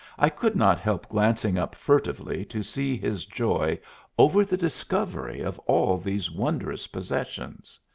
i could not help glancing up furtively to see his joy over the discovery of all these wondrous possessions,